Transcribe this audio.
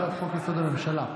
הצעת חוק-יסוד: הממשלה (תיקון,